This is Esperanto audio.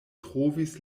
trovis